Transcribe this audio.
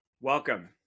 Welcome